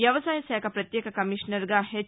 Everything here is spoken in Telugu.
వ్యవసాయ శాఖ ప్రత్యేక కమీషనర్గా హెచ్